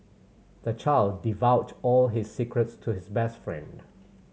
the child divulged all his secrets to his best friend